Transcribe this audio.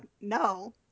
no